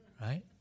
right